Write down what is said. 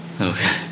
Okay